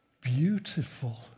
beautiful